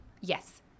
Yes